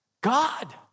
God